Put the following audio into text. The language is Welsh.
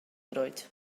droed